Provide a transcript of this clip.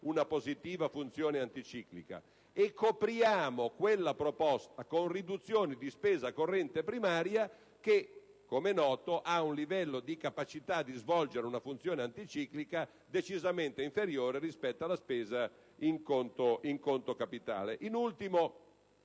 una positiva funzione anticiclica. Tale proposta verrebbe coperta inoltre con riduzione di spesa corrente primaria, che, come è noto, ha un livello di capacità di svolgere una funzione anticiclica decisamente inferiore rispetto alla spesa in conto capitale. In ultimo,